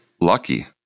Lucky